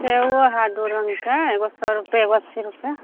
सेबो हइ दुइ रङ्गके एगो सौ रुपैए एगो अस्सी रुपैए